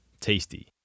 Tasty